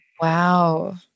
wow